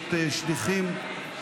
באמצעות שליחים,